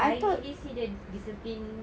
I usually see the discipline